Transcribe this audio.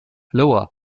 lower